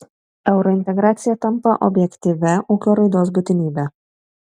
eurointegracija tampa objektyvia ūkio raidos būtinybe